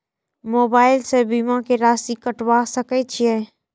Mobile से बीमा के राशि कटवा सके छिऐ?